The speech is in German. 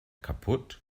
kaputt